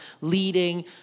leading